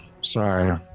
Sorry